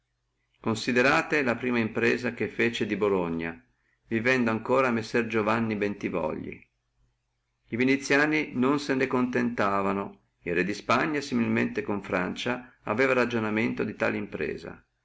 considerate la prima impresa che fe di bologna vivendo ancora messer giovanni bentivogli viniziani non se ne contentavono el re di spagna quel medesimo con francia aveva ragionamenti di tale impresa